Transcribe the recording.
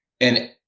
And-